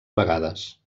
vegades